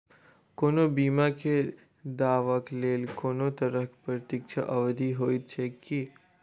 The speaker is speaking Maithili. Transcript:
कोनो बीमा केँ दावाक लेल कोनों तरहक प्रतीक्षा अवधि होइत छैक की?